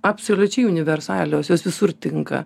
absoliučiai universalios jos visur tinka